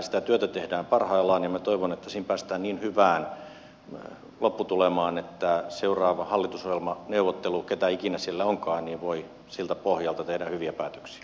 sitä työtä tehdään parhaillaan ja minä toivon että siinä päästään niin hyvään lopputulemaan että seuraavassa hallitusohjelmassa neuvottelussa keitä ikinä siellä onkaan voidaan siltä pohjalta tehdä hyviä päätöksiä